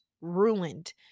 ruined